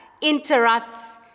interrupts